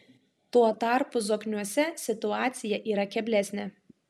tuo tarpu zokniuose situacija yra keblesnė